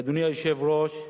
ואדוני היושב-ראש,